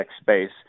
space